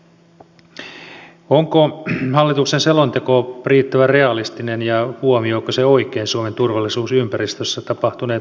onko hallituksen selonteko riittävän realistinen ja huomioiko se oikein suomen turvallisuusympäristössä tapahtuneet muutokset